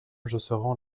josserand